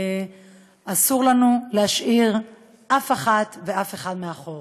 אסור לנו להשאיר אף אחת ואף אחד מאחור.